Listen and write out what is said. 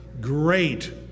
great